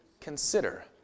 consider